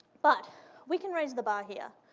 but we can raise the bar here.